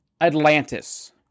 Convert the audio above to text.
Atlantis